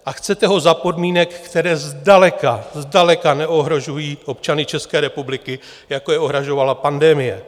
A chcete ho za podmínek, které zdaleka zdaleka neohrožují občany České republiky, jako je ohrožovala pandemie.